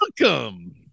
welcome